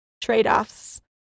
trade-offs